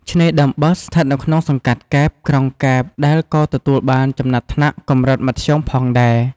ឆ្នេរដើមបើស ស្ថិតនៅក្នុងសង្កាត់កែប ក្រុងកែប ដែលក៏ទទួលបានចំណាត់ថ្នាក់ "កម្រិតមធ្យម" ផងដែរ។